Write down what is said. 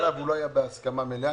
היה בהסכמה מלאה,